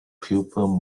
people